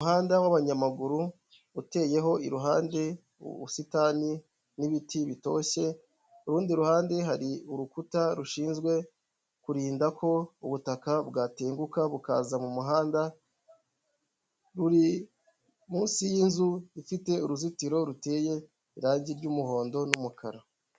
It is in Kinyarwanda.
Umuhanda wa'banyamaguru uteyeho iruhande ubusitani n'ibiti bitoshye, ku rundi ruhande hari urukuta rushinzwe kurinda ko ubutaka bwatenguka bukaza mu muhanda buri munsi y'inzu ifite uruzitiro ruteye irangi ry'umuhondo n'umukara.